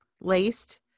laced